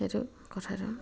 সেইটো কথাটো